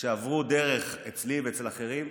שעברו דרך אצלי ואצל אחרים,